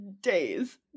days